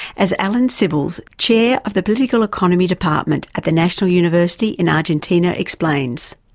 as alan cibils, chair of the political economy department at the national university in argentina explains.